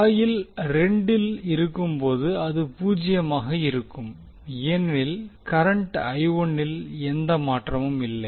coil 2 இல் இருக்கும்போது அது பூஜ்ஜியமாக இருக்கும் ஏனெனில் கரண்ட் இல் எந்த மாற்றமும் இல்லை